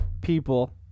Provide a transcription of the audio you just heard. people